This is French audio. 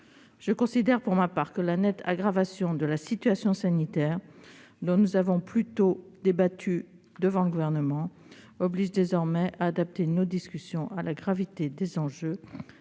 Je considère pour ma part que la nette aggravation de la situation sanitaire, dont nous venons de débattre devant le Gouvernement, oblige désormais à adapter nos discussions à la gravité des enjeux.